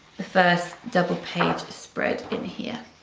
first double page spread in here